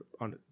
on